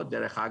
לאומית.